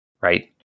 right